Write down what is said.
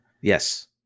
Yes